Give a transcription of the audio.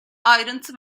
ayrıntı